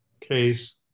case